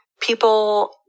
people